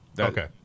okay